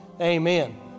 Amen